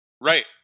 right